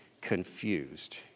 confused